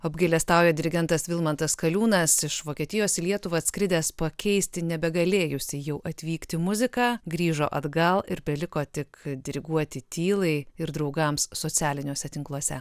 apgailestauja dirigentas vilmantas kaliūnas iš vokietijos į lietuvą atskridęs pakeisti nebegalėjusį jau atvykti muziką grįžo atgal ir beliko tik diriguoti tylai ir draugams socialiniuose tinkluose